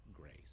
grace